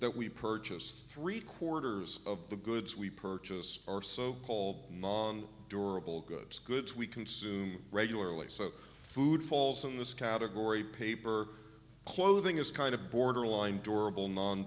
that we purchase three quarters of the goods we purchase are so called maan durable goods goods we consume regularly so food falls in this category paper clothing is kind of borderline durable non